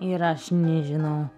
ir aš nežinau